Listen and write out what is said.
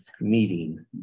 meeting